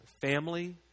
Family